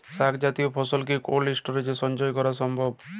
শাক জাতীয় ফসল কি কোল্ড স্টোরেজে সঞ্চয় করা সম্ভব?